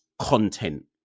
content